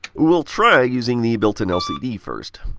we'll try using the built-in lcd first.